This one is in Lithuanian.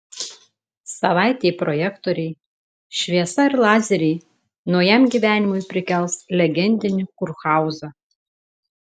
savaitei projektoriai šviesa ir lazeriai naujam gyvenimui prikels legendinį kurhauzą